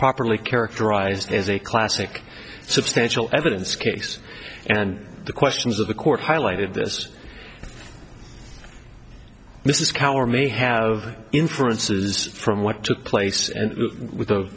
properly characterized as a classic substantial evidence case and the questions of the court highlighted this mrs cower may have inferences from what took place and which